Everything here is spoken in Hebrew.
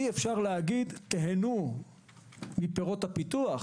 אי אפשר להגיד: תיהנו מפירות הפיתוח